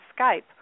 Skype